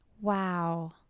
Wow